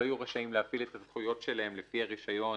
לא יהיו רשאים להפעיל את הזכויות שלהם לפי הרישיון